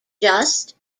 just